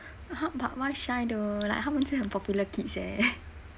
!huh! but why shy though like 他们这样 like popular kids eh